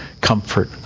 comfort